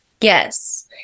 Yes